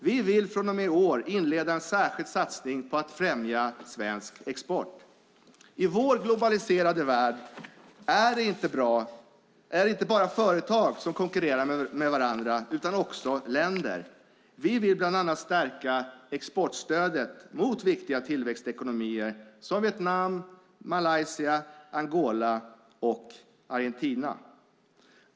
Vi vill inleda - från och med i år - en särskild satsning på att främja svensk export. I vår globaliserade värld är det inte bara företag som konkurrerar med varandra utan också länder. Vi vill bland annat stärka exportstödet gentemot viktiga tillväxtekonomier som Vietnam, Malaysia, Angola och Argentina.